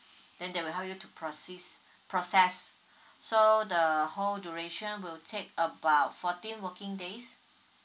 then they will help you to proce~ process so the whole duration will take about fourteen working days